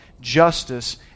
justice